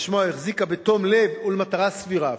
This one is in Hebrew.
רשמה או החזיקה בתום לב ולמטרה סבירה אפילו,